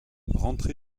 rentré